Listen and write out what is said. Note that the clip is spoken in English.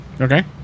Okay